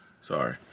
Sorry